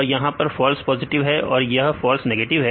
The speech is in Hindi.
और यहां यह फॉल्स पॉजिटिव है और यह फॉल्स नेगेटिव